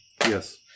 Yes